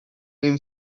him